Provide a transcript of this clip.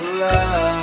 love